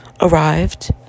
arrived